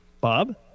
Bob